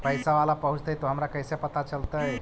पैसा बाला पहूंचतै तौ हमरा कैसे पता चलतै?